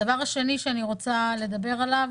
הדבר השני שאני רוצה לדבר עליו,